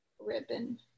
ribbon